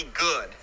good